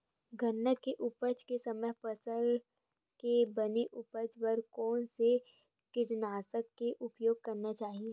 गन्ना के उपज के समय फसल के बने उपज बर कोन से कीटनाशक के उपयोग करना चाहि?